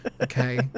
Okay